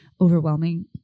overwhelming